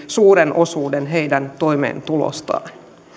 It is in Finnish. suuren osuuden heidän toimentulostaan